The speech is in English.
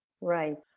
Right